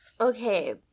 okay